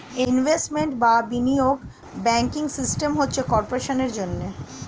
investment বা বিনিয়োগ banking system হচ্ছে কর্পোরেশনের জন্যে